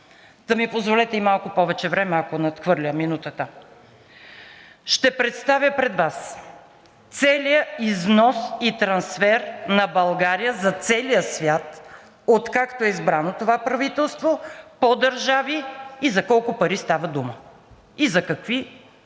армия, и малко повече време, ако надхвърля минутата. Ще представя пред Вас целия износ и трансфер на България за целия свят, откакто е избрано това правителство, по държави – за колко пари става дума и за какви стоки.